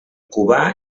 cubà